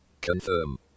Confirm